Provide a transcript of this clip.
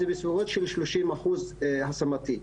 הוא בסביבות של שלושים אחוז השמתי.